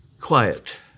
Quiet